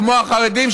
כמו החרדים,